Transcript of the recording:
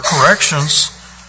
corrections